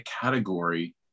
category